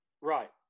Right